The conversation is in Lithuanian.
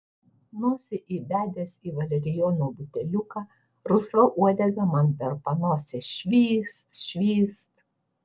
nosį įbedęs į valerijono buteliuką rusva uodega man per panosę švyst švyst